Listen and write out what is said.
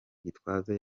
gitwaza